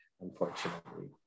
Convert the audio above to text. unfortunately